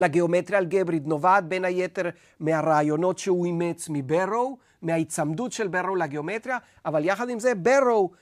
לגאומטריה אלגברית, נובעת בין היתר מהרעיונות שהוא אימץ מברו, מההיצמדות של ברו לגאומטריה, אבל יחד עם זה ברו,